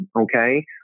Okay